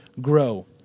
grow